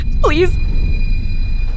please